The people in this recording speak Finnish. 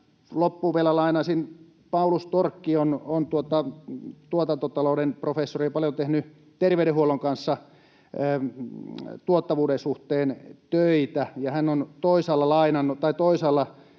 Loppuun vielä lainaisin Paulus Torkkia, joka on tuotantotalouden professori ja paljon tehnyt terveydenhuollon kanssa tuottavuuden suhteen töitä. Toisaalla on tämmöinen sitaatti